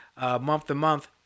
month-to-month